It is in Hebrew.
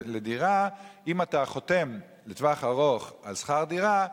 לדירה: אם אתה חותם לטווח ארוך על שכר דירה,